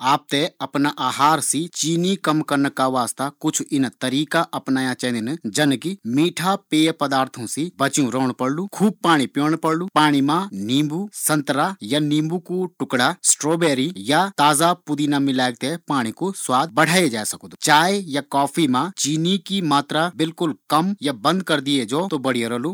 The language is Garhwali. आप ते अपना खाद्य मा सी मिठू कम कन्न कन्ना का वास्ता कुछ इन्ना उपाय करया चेदिन जमा मीठा पेय पदार्थो सी दुरी खूब पाणी कु सेवन, पाणी मा संतरा नीबू कु सेवन चाय या कॉफी मा चीनी की मात्र बिलकुल कम होइ चेदि।